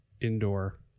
indoor